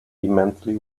immensely